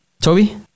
Toby